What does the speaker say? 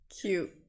cute